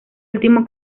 último